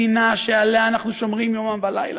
מדינה שעליה אנחנו שומרים יומם ולילה,